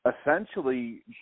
essentially